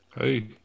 Hey